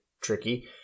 tricky